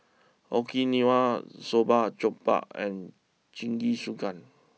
Okinawa Soba Jokbal and Jingisukan